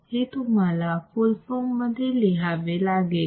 हे तुम्हाला full form मध्ये लिहावे लागेल